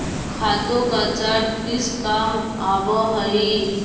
खातों का चार्ट किस काम आवअ हई